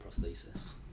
prosthesis